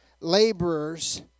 laborers